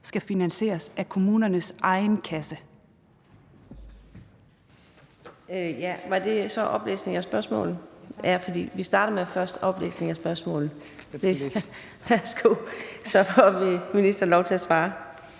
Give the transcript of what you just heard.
skal finansieres af kommunernes egen kasse?